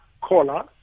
caller